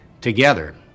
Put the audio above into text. together